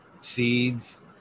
seeds